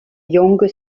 younger